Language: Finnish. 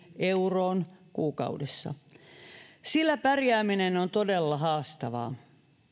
euroon kuukaudessa sillä pärjääminen on todella haastavaa